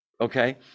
okay